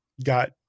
got